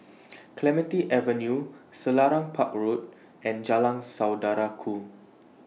Clementi Avenue Selarang Park Road and Jalan Saudara Ku